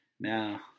Now